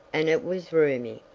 and it was roomy!